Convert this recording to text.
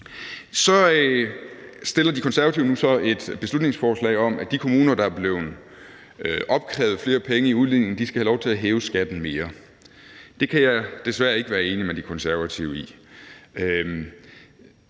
Så fremsætter De Konservative så nu et beslutningsforslag om, at de kommuner, der blev opkrævet flere penge i udligning, skal have lov til at hæve skatten mere. Det kan jeg desværre ikke være enig med De Konservative i.